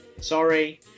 Sorry